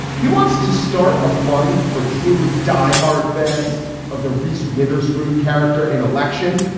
he wants to start a fund for truly die hard fans of the reese witherspoon character in election.